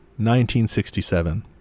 1967